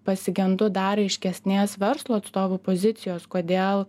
pasigendu dar aiškesnės verslo atstovų pozicijos kodėl